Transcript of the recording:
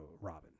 Robin